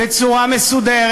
בצורה מסודרת.